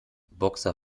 boxer